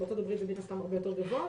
ובארה"ב זה מן הסתם הרבה יותר גבוה.